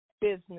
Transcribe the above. business